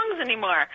anymore